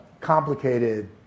complicated